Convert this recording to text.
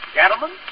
gentlemen